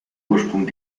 ursprung